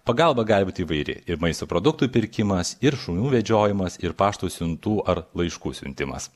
pagalba gali būt vairi ir maisto produktų pirkimas ir šunų vedžiojimas ir pašto siuntų ar laiškų siuntimas